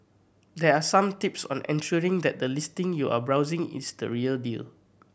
there are some tips on ensuring that the listing you are browsing is the real deal